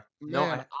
No